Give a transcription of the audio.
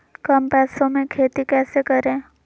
कम पैसों में खेती कैसे करें?